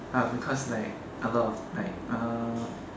uh because like a lot of like uh